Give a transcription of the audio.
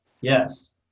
Yes